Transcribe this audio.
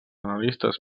analistes